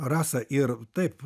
rasa ir taip